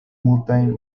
multajn